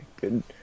good